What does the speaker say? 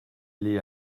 les